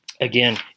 Again